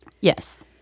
yes